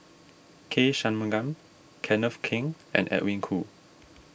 K Shanmugam Kenneth Keng and Edwin Koo